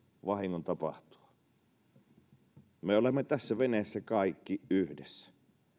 vahingon tapahtua me olemme tässä veneessä kaikki yhdessä